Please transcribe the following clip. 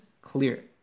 Clear